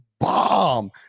Bomb